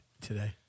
today